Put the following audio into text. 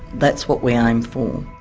that's what we aim for.